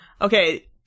okay